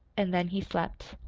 and then he slept.